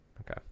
okay